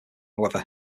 however